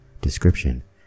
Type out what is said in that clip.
description